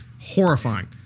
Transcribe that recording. horrifying